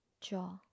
jaw